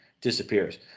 disappears